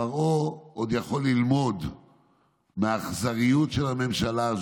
פרעה עוד יכול ללמוד מהאכזריות של הממשלה,